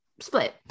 split